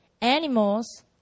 animals